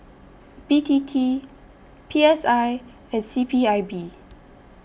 B T T P S I and C P I B